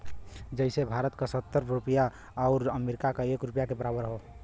जइसे भारत क सत्तर रुपिया आउर अमरीका के एक रुपिया के बराबर हौ